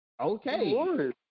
Okay